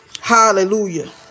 hallelujah